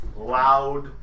loud